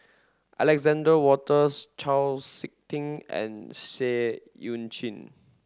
Alexander Wolters Chau Sik Ting and Seah Eu Chin